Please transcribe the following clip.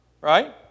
right